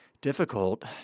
difficult